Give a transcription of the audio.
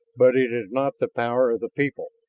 but it is not the power of the people.